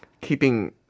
keeping